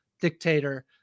dictator